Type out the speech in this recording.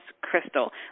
crystal